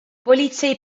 politsei